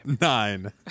Nine